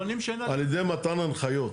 על ידי מתן הנחיות.